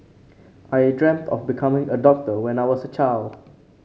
I dreamt of becoming a doctor when I was a child